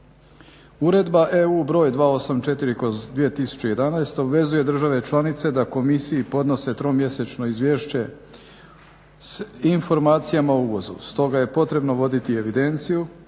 Uredba EU br. 284/2011. obvezuje države članice da komisiji podnose 3-mjesečno izvješće s informacijama o uvozu. Stoga je potrebno voditi evidenciju